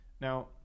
Now